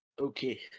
Okay